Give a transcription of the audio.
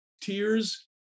Tears